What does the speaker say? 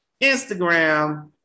Instagram